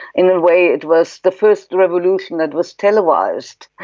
in a way it was the first revolution that was televised.